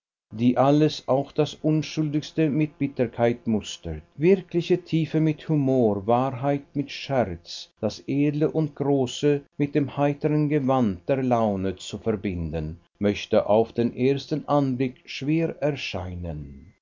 die alles auch das unschuldigste mit bitterkeit mustert wirkliche tiefe mit humor wahrheit mit scherz das edle und große mit dem heiteren gewand der laune zu verbinden möchte auf den ersten anblick schwer erscheinen